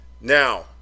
Now